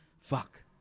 fuck